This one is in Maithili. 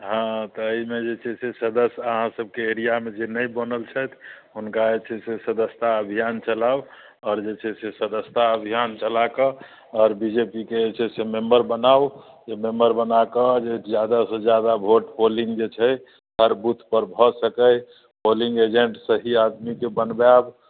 हँ तऽ अइमे जे छै से सदस्य अहाँ सबके एरियामे जे नहि बनल छथि हुनका जे छै से सदस्यता अभियान चलाउ आओर जे छै से सदस्यता अभियान चला कऽ आओर बी जे पी के जे छै से मेंबर बनाउ जे मेंबर बनाकऽ जे जादा सँ जादा वोट पोलिंग जे छै से हर बूथपर भऽ सकै पोलिंग एजेंट सही आदमीके बनबैब